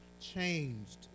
changed